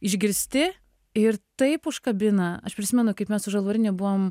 išgirsti ir taip užkabina aš prisimenu kaip mes žalvariniu buvom